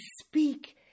speak